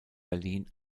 berlin